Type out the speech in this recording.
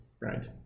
Right